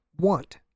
want